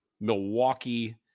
Milwaukee